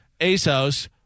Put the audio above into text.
ASOS